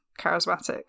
charismatic